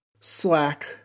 Slack